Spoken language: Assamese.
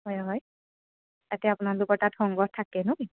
হয় হয় তাতে আপোনালোকৰ তাত সংগ্ৰহ থাকে নহ্